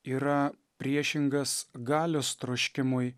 yra priešingas galios troškimui